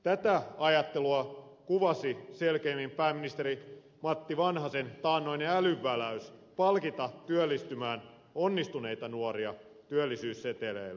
tätä ajattelua kuvasi selkeimmin pääministeri matti vanhasen taannoinen älynväläys palkita työllistymään onnistuneita nuoria työllisyysseteleillä